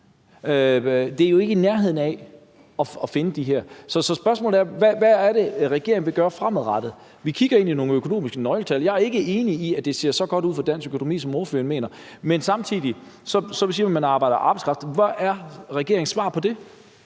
det er man jo ikke i nærheden af at finde. Så spørgsmålet er: Hvad er det, regeringen vil gøre fremadrettet? Vi kigger ind i nogle økonomiske nøgletal, og jeg er ikke enig i, at det ser så godt ud for dansk økonomi, som ordføreren mener, men samtidig siger man, at man mangler arbejdskraft. Hvad er regeringens svar på det?